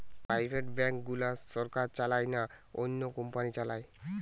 private bank গুলা সরকার চালায় না, অন্য কোম্পানি চালায়